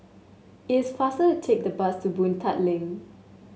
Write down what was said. it is faster to take the bus to Boon Link